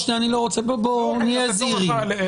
בואו נהיה זהירים.